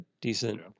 decent